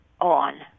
on